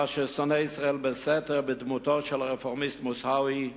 מאשר שונא ישראל בסתר בדמותו של הרפורמיסט מוסאווי,